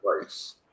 place